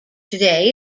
today